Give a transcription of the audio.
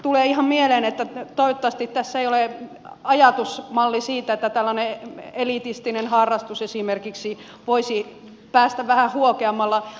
tulee ihan mieleen että toivottavasti tässä ei ole ajatusmalli siitä että tällainen elitistinen harrastus esimerkiksi voisi päästä vähän huokeammalla